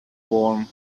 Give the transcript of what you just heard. warm